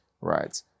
right